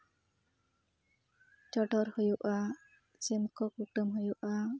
ᱪᱚᱰᱚᱨ ᱦᱩᱭᱩᱜᱼᱟ ᱥᱮ ᱥᱤᱢ ᱠᱚ ᱠᱩᱴᱟᱹᱢ ᱦᱩᱭᱩᱜᱼᱟ